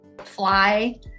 fly